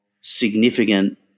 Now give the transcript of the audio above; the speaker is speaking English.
significant